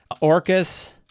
Orcus